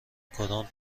کدام